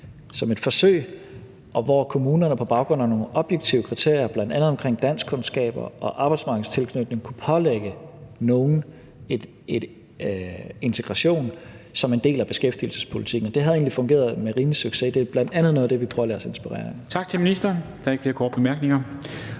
som et forsøg, hvor kommunerne på baggrund af nogle objektive kriterier, bl.a. omkring danskkundskaber og arbejdsmarkedstilknytning, kunne pålægge nogle integration som en del af beskæftigelsespolitikken. Det fungerede egentlig med rimelig succes, og det er bl.a. noget af det, vi prøver at lade os inspirere af.